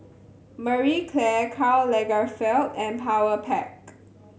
Marie Claire Karl Lagerfeld and Powerpac